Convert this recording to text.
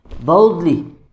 boldly